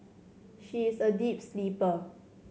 she is a deep sleeper